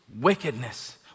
wickedness